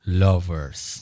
lovers